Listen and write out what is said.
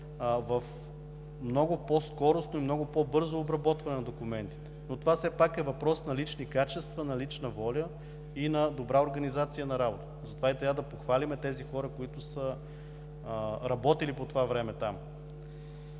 в много по-скоростно и много по-бързо обработване на документите, но това все пак е въпрос на лични качества, на лична воля и на добра организация на работата. Затова и трябва да похвалим тези хора, които са работили там по това време.